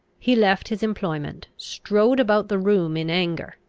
he left his employment, strode about the room in anger,